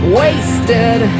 wasted